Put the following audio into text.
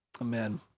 Amen